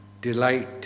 Delight